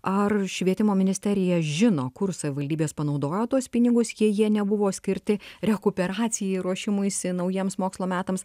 ar švietimo ministerija žino kur savivaldybės panaudojo tuos pinigus jei jie nebuvo skirti rekuperacijai ruošimuisi naujiems mokslo metams